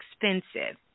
expensive